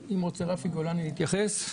אולי רפי גולני ירצה להתייחס.